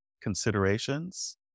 considerations